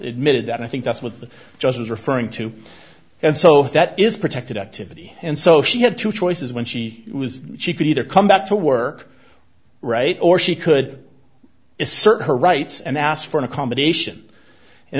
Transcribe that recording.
admitted that i think that's what the judge was referring to and so that is protected activity and so she had two choices when she was she could either come back to work right or she could assert her rights and ask for an accommodation and